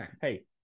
Hey